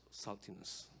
saltiness